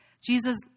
Jesus